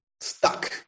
stuck